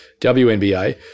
WNBA